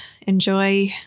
enjoy